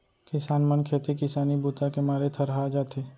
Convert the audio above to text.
किसान मन खेती किसानी बूता के मारे थरहा जाथे